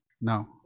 No